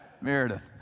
Meredith